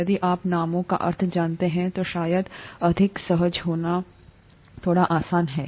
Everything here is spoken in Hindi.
यदि आप नामों का अर्थ जानते हैं तो शायद अधिक सहज होना थोड़ा आसान है